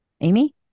Amy